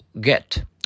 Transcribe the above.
get